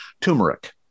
Turmeric